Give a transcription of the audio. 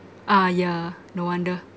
uh yeah no wonder